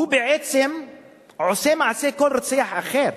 הוא בעצם עושה מעשה כמו כל רוצח אחר,